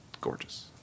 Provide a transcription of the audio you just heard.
gorgeous